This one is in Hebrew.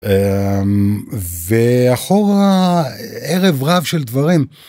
ואחורה ערב רב של דברים.